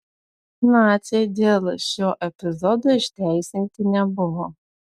naciai dėl šio epizodo išteisinti nebuvo